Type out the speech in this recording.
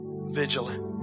vigilant